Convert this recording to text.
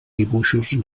dibuixos